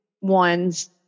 ones